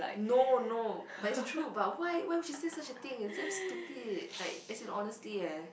no no but it's true but why why she say such a thing it's damn stupid like as in honestly eh